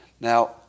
Now